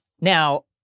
Now—